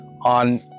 on